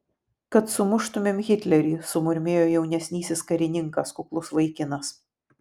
kad sumuštumėm hitlerį sumurmėjo jaunesnysis karininkas kuklus vaikinas